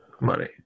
money